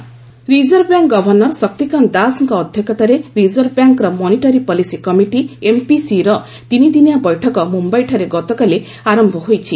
MPC meeting reserve bank governor Shaktikanta ଦାସଙ୍କ ଅଧ୍ୟକ୍ଷତାରେ reserve ବ୍ୟାଙ୍କର ମନିଟାରୀ ପଲିସି କମିଟି ଏମ୍ପିସିର ତିନିଦିନିଆ ବୈଠକ ମୁମ୍ବାଇଠାରେ ଗତକାଲି ଆରମ୍ଭ ହୋଇଛି